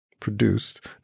produced